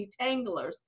detanglers